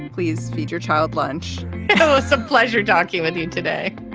and please feed your child lunch. oh, it's a pleasure talking with you today.